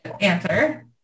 answer